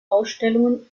ausstellungen